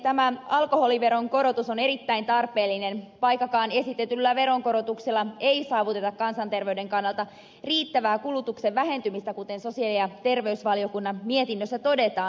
tämä alkoholiveron korotus on erittäin tarpeellinen vaikkakaan esitetyllä veronkorotuksella ei saavuteta kansanterveyden kannalta riittävää kulutuksen vähentymistä kuten sosiaali ja terveysvaliokunnan mietinnössä todetaan